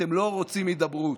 אתם לא רוצים הידברות,